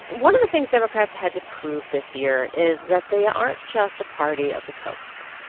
one of the things democrats had to prove this year is that they aren't just a party of the coasts.